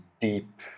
deep